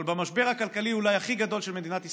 אבל במשבר הכלכלי אולי הכי גדול של מדינת ישראל,